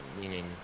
meaning